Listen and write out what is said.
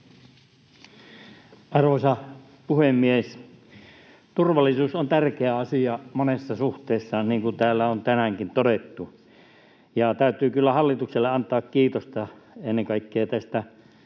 Arvoisa puhemies! Turvallisuus on tärkeä asia monessa suhteessa, niin kun täällä on tänäänkin todettu. Täytyy kyllä hallitukselle antaa kiitosta ennen kaikkea näistä